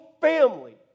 family